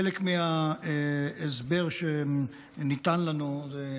חלק מההסבר שניתן לנו הוא,